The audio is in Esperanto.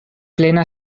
plena